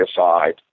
aside